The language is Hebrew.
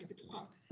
אני בטוחה,